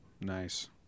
Nice